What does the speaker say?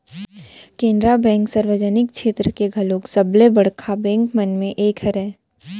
Canara bank सार्वजनिक छेत्र के घलोक सबले बड़का बेंक मन म एक हरय